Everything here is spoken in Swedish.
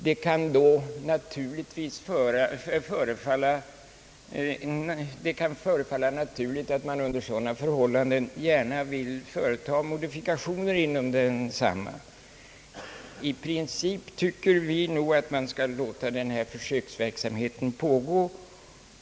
Det kan förefalla naturligt att man under sådana förhållanden gärna vill företaga modifikationer inom lokaliseringspolitiken. I princip tycker vi nog att vi bör låta försöksverksamheten fortsätta oförändrad.